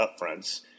upfronts